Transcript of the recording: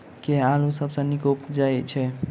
केँ आलु सबसँ नीक उबजय छै?